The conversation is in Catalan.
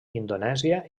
indonèsia